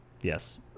Yes